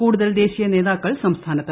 കൂടുതൽ ദേശീയ നേതാക്കൾ സംസ്ഥാനത്ത്